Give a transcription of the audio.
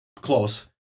close